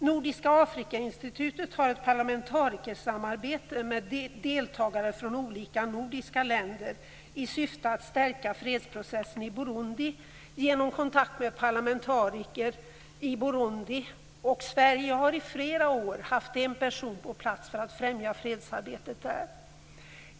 Nordiska Afrikainstitutet har ett parlamentarikersamarbete med deltagare från olika nordiska länder i syfte att stärka fredsprocessen i Burundi genom kontakt med parlamentariker i Burundi, och Sverige har i flera år haft en person på plats för att främja fredsarbetet där.